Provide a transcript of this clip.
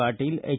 Patil H